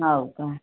हो का